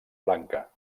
blanca